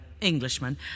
Englishman